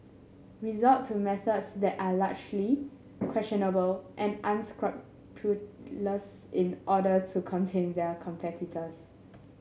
resort to methods that are largely questionable and unscrupulous in order to contain their competitors